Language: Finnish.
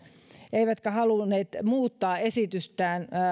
eivätkä halunneet muuttaa esitystään